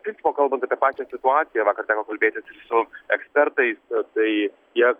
iš principo kalbant apie pačią situaciją vakar teko kalbėtis ir su ekspertais tai jie